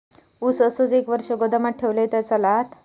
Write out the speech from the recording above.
ऊस असोच एक वर्ष गोदामात ठेवलंय तर चालात?